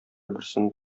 берсен